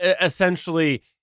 essentially